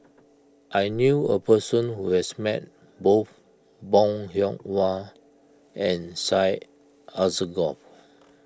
I knew a person who has met both Bong Hiong Hwa and Syed Alsagoff